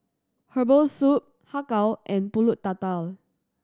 herbal soup Har Kow and Pulut Tatal